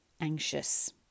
anxious